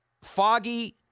foggy